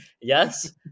Yes